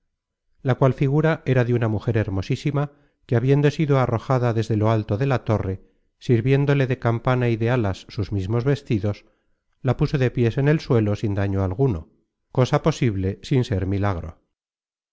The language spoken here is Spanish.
la cual figura era de una mujer hermosísima que habiendo sido arrojada desde lo alto de la torre sirviéndole de campana y de alas sus mismos vestidos la puso de piés en el suelo sin daño alguno cosa posible sin ser milagro